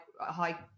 high